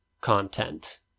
content